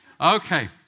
Okay